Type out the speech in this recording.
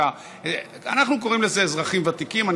אנחנו קוראים לזה "אזרחים ותיקים"; אני